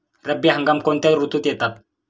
रब्बी हंगाम कोणत्या ऋतूत येतात?